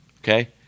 okay